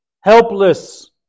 helpless